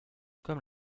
comme